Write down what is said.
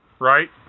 Right